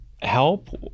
help